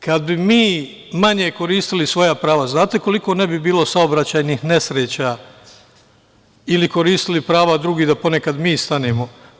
Kada bi mi manje koristili svoja prava, znate koliko ne bi bilo saobraćajnih nesreća ili koristili prava drugih da ponekad mi stanemo.